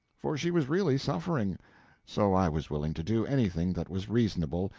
for she was really suffering so i was willing to do anything that was reasonable,